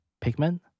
pigment